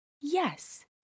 yes